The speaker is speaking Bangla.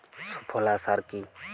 সুফলা সার কি?